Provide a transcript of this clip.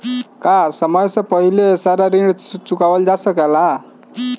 का समय से पहले सारा ऋण चुकावल जा सकेला?